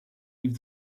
leave